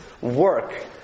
work